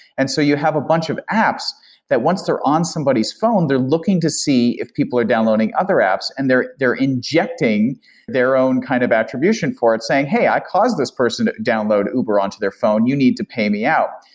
and so you have a bunch of apps that once they're on somebody's phone, they're looking to see if people are downloading other apps and they're they're injecting their own kind of attribution for it saying, hey, i caused this person to download uber on to their phone. you need to pay me out,